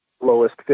lowest